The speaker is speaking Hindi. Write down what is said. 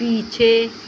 पीछे